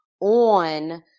on